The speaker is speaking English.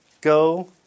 go